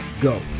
Go